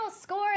score